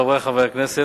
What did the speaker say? חברי חברי הכנסת,